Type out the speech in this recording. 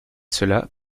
cela